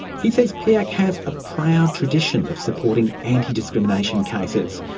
he says piac has a proud tradition of supporting antidiscrimination cases.